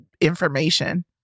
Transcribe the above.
information